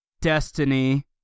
Destiny